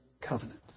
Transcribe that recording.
covenant